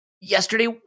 yesterday